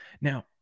Now